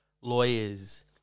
lawyers